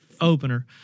opener